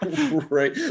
Right